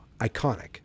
iconic